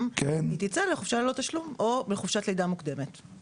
היא תצא לחופשה ללא תשלום או לחופשת לידה מוקדמת.